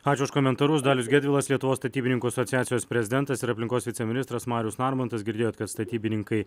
ačiū už komentarus dalius gedvilas lietuvos statybininkų asociacijos prezidentas ir aplinkos viceministras marius narmontas girdėjot kad statybininkai